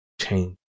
Change